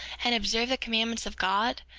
and observe the commandments of god,